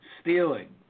Stealing